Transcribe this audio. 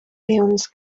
peons